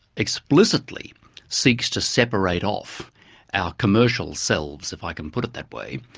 explicitly seeks to separate off our commercial selves, if i can put it that way,